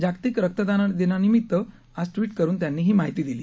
जागतिक रक्तदाता दिनानिमित्त आज ट्विट करून त्यांनी ही माहिती दिली